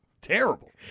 Terrible